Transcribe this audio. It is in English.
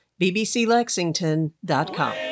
bbclexington.com